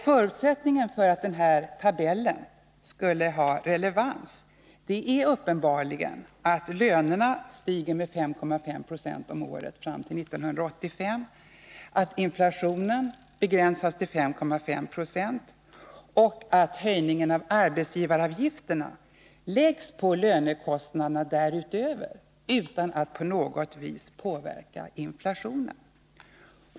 Förutsättningen för att den här tabellen skall ha relevans är uppenbarligen att lönerna stiger med 5,5 96 om året fram till 1985, att inflationen begränsas till 5,5 Je och att höjningen av arbetsgivaravgifterna läggs på lönekostnaderna därutöver utan att på något vis påverka inflationen.